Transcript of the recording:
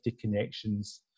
connections